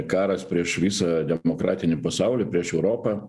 karas prieš visą demokratinį pasaulį prieš europą